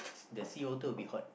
the sea water will be hot